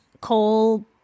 coal